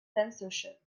censorship